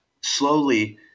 slowly